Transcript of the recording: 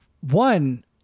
One